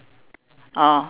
oh